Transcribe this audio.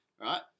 Right